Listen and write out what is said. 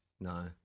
No